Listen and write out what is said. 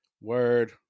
Word